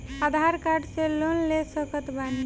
आधार card से loan ले सकत बणी?